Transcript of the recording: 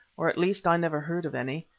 or at least i never heard of any.